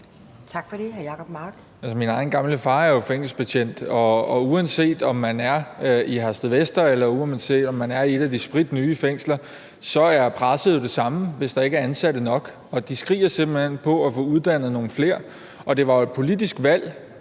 Min egen gamle far er jo fængselsbetjent, og uanset om man er i Herstedvester eller i et af de spritnye fængsler, er presset jo det samme, hvis der ikke er ansatte nok. De skriger simpelt hen på at få uddannet nogle flere. Det var jo et politisk valg